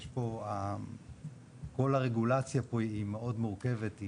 כל הרגולציה פה היא מאוד מורכבת,